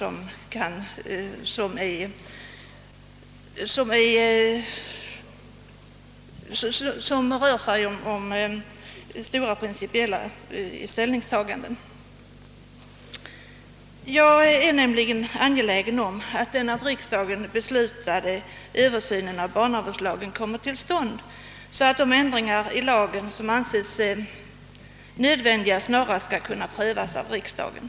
Vad jag är angelägen om är nämligen att den av riksdagen beslutade översynen av barnavårdslagen kommer till stånd, så att de ändringar i lagen, som anses nödvändiga, snarast skall kunna prövas av riksdagen.